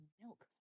Milk